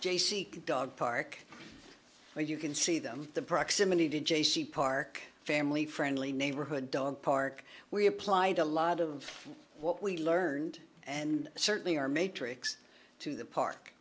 c dog park where you can see them the proximity to j c park family friendly neighborhood dog park we applied a lot of what we learned and certainly our matrix to the park